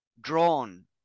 drawn